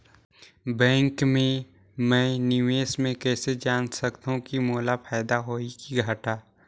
Bank मे मैं निवेश मे कइसे जान सकथव कि मोला फायदा होही कि घाटा?